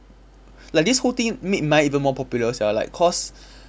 like this whole thing make mine even more popular sia like cause